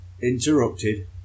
Interrupted